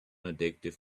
addictive